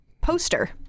Poster